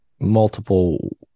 multiple